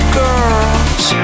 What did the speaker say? girls